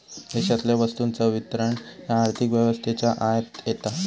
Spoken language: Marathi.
देशातल्या वस्तूंचा वितरण ह्या आर्थिक व्यवस्थेच्या आत येता